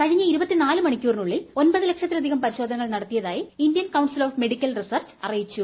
കഴിഞ്ഞ ലക്ഷത്തിലധികം പരിശോധനകൾ ന്ടത്തിയതായി Indian Council of Medical Research അറിയിച്ചു